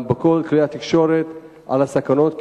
גם בכל כלי התקשורת, על הסכנות.